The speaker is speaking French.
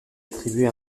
attribuée